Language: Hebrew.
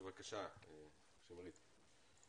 בבקשה, שמרית.